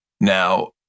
Now